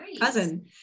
cousin